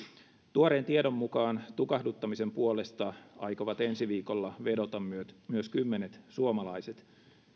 tuoreen tiedon mukaan tukahduttamisen puolesta aikovat ensi viikolla vedota myös myös kymmenet suomalaiset